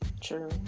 True